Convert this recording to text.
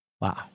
Wow